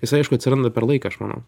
jisai aišku atsiranda per laiką aš manau